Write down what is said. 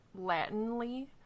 Latinly